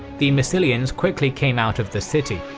the massilians quickly came out of the city.